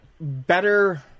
Better